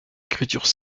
écritures